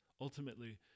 ultimately